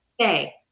say